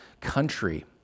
country